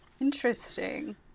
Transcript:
Interesting